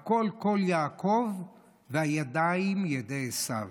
"הקל קול יעקב והידים ידי עשו".